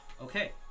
Okay